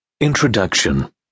Introduction